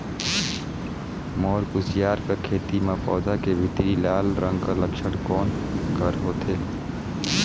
मोर कुसियार कर खेती म पौधा के भीतरी लाल रंग कर लक्षण कौन कर होथे?